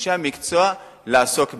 לאנשי המקצוע, לעסוק בזה.